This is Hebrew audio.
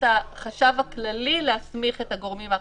החשב הכללי להסמיך את הגורמים האחרים,